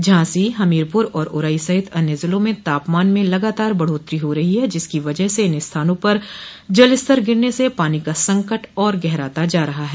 झांसी हमीरपुर और उरई सहित अन्य जिलों में तापमान में लगातार बढ़ोत्तरी हो रही है जिसकी वजह से इन स्थानों पर जलस्तर गिरने से पानी का संकट और गहराता जा रहा है